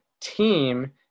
team